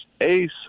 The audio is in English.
Ace